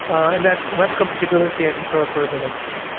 and that's web compatibility and interoperability.